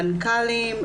מנכ"לים,